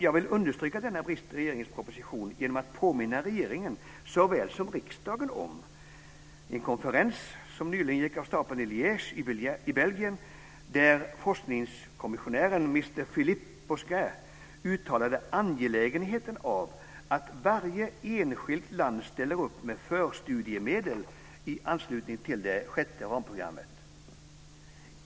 Jag vill understryka denna brist i regeringens proposition genom att påminna såväl regeringen som riksdagen om en konferens som gick av stapeln nyligen i Liége i Belgien och där forskningskommissionären Mr Phillippe Bosquin uttalade angelägenheten av att varje enskilt land ställer upp med förstudiemedel i anslutning till det sjätte ramprogrammet.